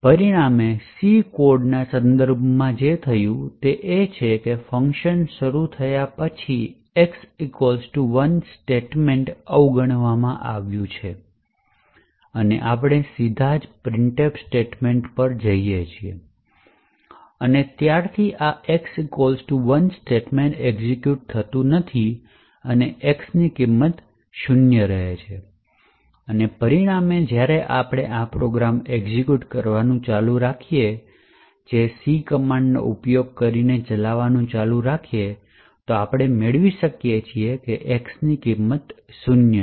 પરિણામે C કોડના સંદર્ભમાં જે થઈ રહ્યું છે તે એ છે કે ફંકશન શરૂ થયા પછી x 1 સ્ટેટમેંટ અવગણવામાં આવી રહ્યું છે અને આપણે સીધા જ printf સ્ટેટમેંટ પર જઈએ છીએ અને ત્યારથી આ x 1 સ્ટેટમેંટ એક્ઝેક્યુટ થતું નથી x ની કિંમત શૂન્ય રહે છે અને પરિણામે જ્યારે આપણે આ પ્રોગ્રામ એક્ઝેક્યુટ કરવાનું ચાલુ રાખીએ છીએ જે c કમાન્ડનો ઉપયોગ કરીને ચલાવવાનું ચાલુ રાખે છે તો આપણે મેળવી શકીએ છીએ કે x ની કિંમત શૂન્ય છે